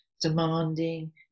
demanding